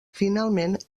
finalment